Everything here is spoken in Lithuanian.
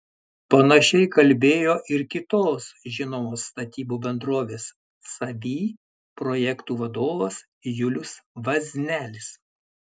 panašiai kalbėjo ir kitos žinomos statybų bendrovės savy projektų vadovas julius vaznelis